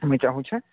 ଆମେ ଚାହୁଁଛେ